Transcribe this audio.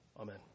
Amen